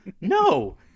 no